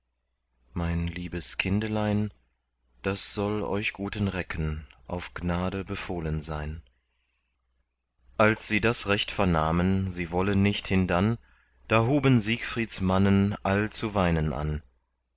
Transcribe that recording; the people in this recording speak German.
mein liebes kindelein das soll euch guten recken auf gnade befohlen sein als sie das recht vernahmen sie wolle nicht hindann da huben siegfrieds mannen all zu weinen an